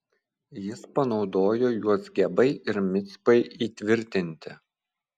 jis panaudojo juos gebai ir micpai įtvirtinti